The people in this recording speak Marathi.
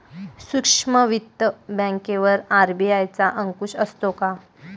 सूक्ष्म वित्त बँकेवर आर.बी.आय चा अंकुश असतो का?